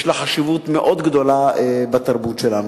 יש לה חשיבות מאוד גדולה בתרבות שלנו.